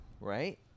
Right